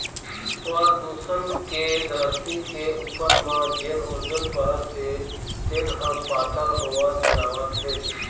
परदूसन के धरती के उपर म जेन ओजोन परत हे तेन ह पातर होवत जावत हे